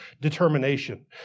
determination